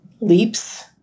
leaps